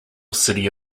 city